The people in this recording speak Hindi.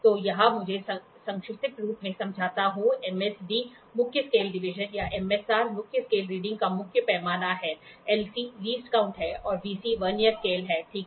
तो यहाँ मुझे संक्षिप्त रूप में समझाता हूं MSD मुख्य स्केल डिवीजन या MSR मुख्य स्केल रीडिंग का मुख्य पैमाना है LC Least Count है और VC वर्नियर स्केल है ठीक है